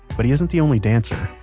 but he isn't the only dancer